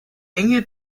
enge